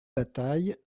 bataille